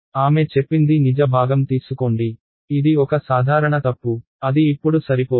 ఆమె చెప్పింది నిజ భాగం తీసుకోండి ఇది ఒక సాధారణ తప్పు అది ఇప్పుడు సరిపోదు